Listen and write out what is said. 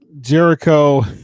Jericho